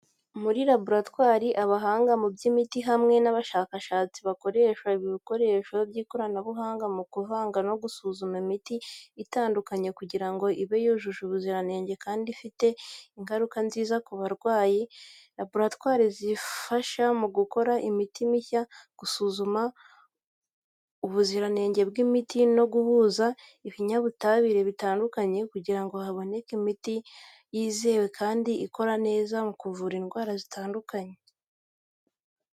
Muri laboratwari, abahanga mu by’imiti hamwe n’abashakashatsi bakoreshwa ibikoresho by’ikoranabuhanga mu kuvanga no gusuzuma imiti itandukanye kugira ngo ibe yujuje ubuziranenge kandi ifie ingaruka nziza ku barwayi. Laboratwari zifasha mu gukora imiti mishya, gusuzuma ubuziranenge bw’imiti, no guhuza ibinyabutabire bitandukanye kugira ngo haboneke imiti yizewe kandi ikora neza mu kuvura indwara zitandukanye.